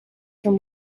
from